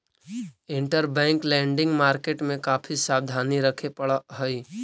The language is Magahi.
इंटरबैंक लेंडिंग मार्केट में काफी सावधानी रखे पड़ऽ हई